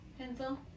Pencil